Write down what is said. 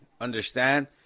understand